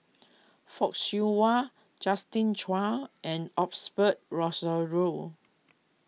Fock Siew Wah Justin Zhuang and Rozario